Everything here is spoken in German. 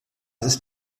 ist